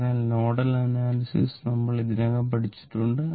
അതിനാൽ nodal analysis നമ്മൾ ഇതിനകം പഠിച്ചിട്ടുണ്ട്